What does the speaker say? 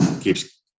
keeps